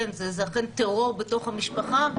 כן, זה אכן טרור בתוך המשפחה.